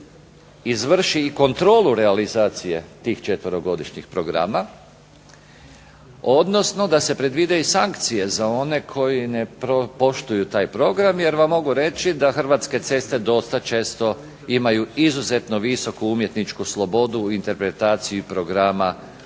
izvrši kontrolu realizacije tih četverogodišnjih programa, odnosno da se predvide i sankcije za one koji ne poštuju taj program jer vam mogu reći da Hrvatske ceste dosta često imaju izuzetno visoku umjetničku slobodu u interpretaciji programa